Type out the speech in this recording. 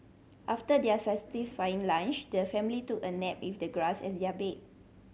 after their satisfying lunch the family took a nap with the grass as their bed